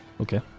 Okay